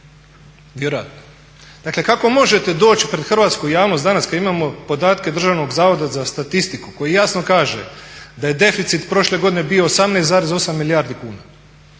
Dakle kako možete doći pred hrvatsku javnost danas kad imamo podatke Državnog zavoda za statistiku koji jasno kaže da je deficit prošle godine bio 18,8 milijardi kuna